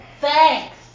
Thanks